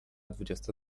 dwudziesta